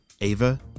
Ava